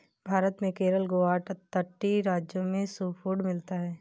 भारत में केरल गोवा आदि तटीय राज्यों में सीफूड मिलता है